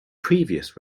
previous